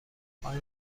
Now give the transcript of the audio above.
آیا